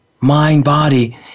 mind-body